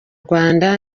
rwanda